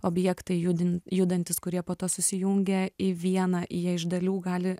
objektai judin judantys kurie po to susijungia į vieną jie iš dalių gali